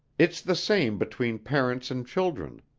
it's the same between parents and children.